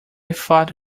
thought